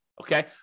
okay